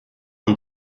und